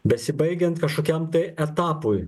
besibaigiant kažkokiam tai etapui